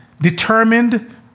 determined